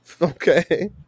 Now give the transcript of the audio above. Okay